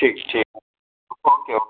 ٹھیک ٹھیک okay okay